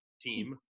team